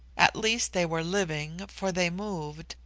at least they were living, for they moved,